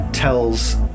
Tells